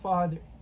Father